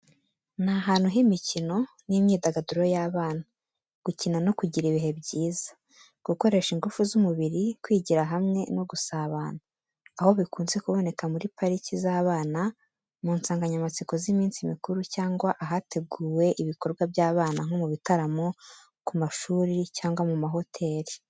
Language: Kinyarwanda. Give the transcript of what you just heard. Ni ahantu h’imikino n’imyidagaduro y’abana. Gukina no kugira ibihe byiza. Gukoresha ingufu z’umubiri, Kwigira hamwe no gusabana. Aho bikunze kuboneka muri pariki z’abana mu nsanganyamatsiko z’iminsi mikuru cyangwa ahateguwe ibikorwa by’abana nko mu bitaramo, ku mashuri cyangwa mu mahoteli.